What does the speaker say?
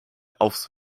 aufs